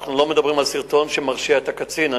אנחנו לא מדברים על סרטון שמרשיע את הקצין.